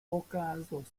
okazos